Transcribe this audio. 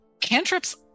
cantrips